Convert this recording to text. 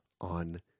on